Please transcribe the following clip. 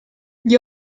gli